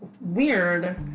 weird